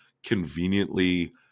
conveniently